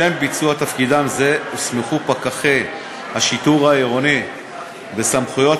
לשם ביצוע תפקידם זה הוסמכו פקחי השיטור העירוני בסמכויות